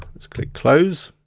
click close.